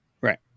right